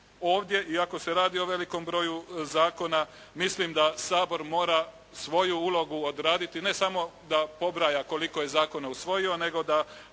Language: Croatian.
ovdje iako se radi o velikom broju zakona, mislim da Sabor mora svoju ulogu odraditi ne samo da pobraja koliko je zakona usvojio, nego da